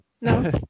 No